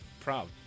proud